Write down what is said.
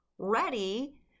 ready